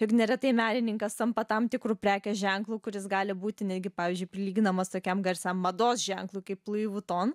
ir neretai menininkas tampa tam tikru prekės ženklo kuris gali būti netgi pavyzdžiui prilyginamas tokiam garsiam mados ženklui kaip lui vuton